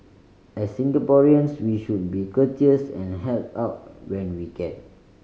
as Singaporeans we should be courteous and help out when we can